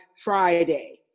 Friday